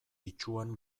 itsuan